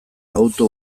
auto